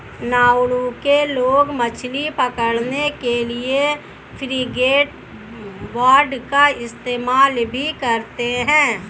Nauru के लोग मछली पकड़ने के लिए फ्रिगेटबर्ड का इस्तेमाल भी करते हैं